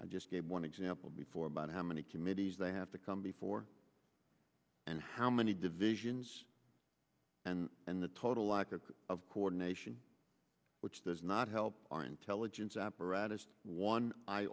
i just gave one example before about how many committees they have to come before and how many divisions and and the total lack of coordination which does not help our intelligence apparatus one